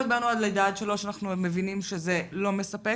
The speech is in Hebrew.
אנחנו מבינים שזה לא מספק.